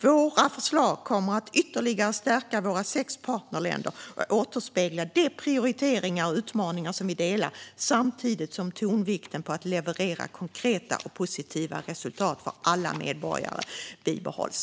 Våra förslag kommer att ytterligare stärka våra sex partnerländer, och återspegla de prioriteringar och utmaningar som vi delar, samtidigt som tonvikten på att leverera konkreta och positiva resultat för alla medborgare bibehålls."